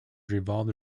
revolved